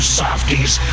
softies